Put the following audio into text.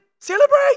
celebrate